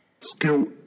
Skill